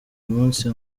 munsi